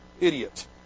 idiot